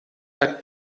hat